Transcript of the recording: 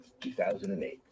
2008